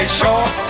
short